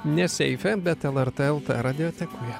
ne seife bet el erte el te radiotekoje